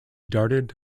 darted